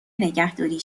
نگهداری